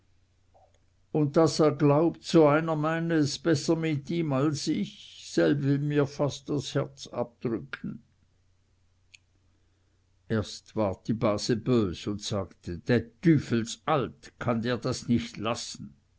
und daß er glaubt so einer meine es besser mit ihm als ich selb will mir fast das herz abdrücken erst ward die base bös und sagte dä tüfels alt kann der das nicht lassen